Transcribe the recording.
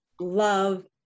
love